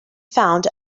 found